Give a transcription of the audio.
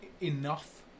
enough